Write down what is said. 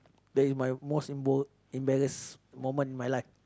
that is my most emba~ embarrass moment in my life